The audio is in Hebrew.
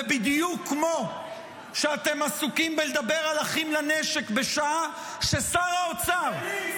ובדיוק כמו שאתם עסוקים בלדבר על אחים לנשק בשעה ששר האוצר -- שפלים,